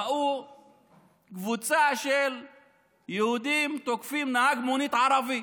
ראו קבוצה של יהודים תוקפים נהג מונית ערבי,